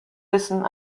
wissen